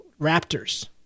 raptors